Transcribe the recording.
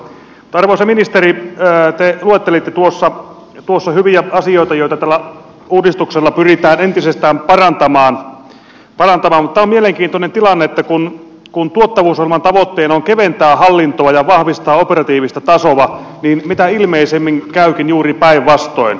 arvoisa ministeri te luettelitte tuossa hyviä asioita joita tällä uudistuksella pyritään entisestään parantamaan mutta tämä on mielenkiintoinen tilanne että kun tuottavuusohjelman tavoitteena on keventää hallintoa ja vahvistaa operatiivista tasoa niin mitä ilmeisimmin käykin juuri päinvastoin